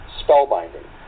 spellbinding